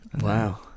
wow